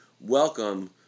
welcome